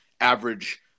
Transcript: average